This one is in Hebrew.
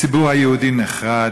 הציבור היהודי נחרד,